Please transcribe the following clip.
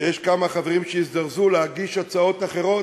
שיש כמה חברים שהזדרזו להגיש הצעות אחרות.